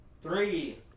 Three